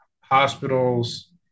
hospitals